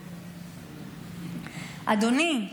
אדוני,